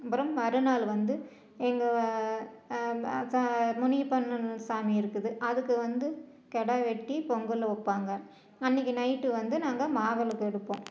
அப்புறம் மறுநாள் வந்து எங்கள் முனியப்பனுன்னு ஒரு சாமி இருக்குது அதுக்கு வந்து கிடா வெட்டி பொங்கல் வைப்பாங்க அன்னைக்கு நைட்டு வந்து நாங்கள் மாவிளக்கு எடுப்போம்